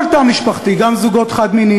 אלא כל תא משפחתי: גם זוגות חד-מיניים,